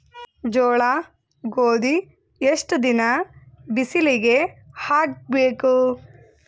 ಜೋಳ ಗೋಧಿ ಎಷ್ಟ ದಿನ ಬಿಸಿಲಿಗೆ ಹಾಕ್ಬೇಕು?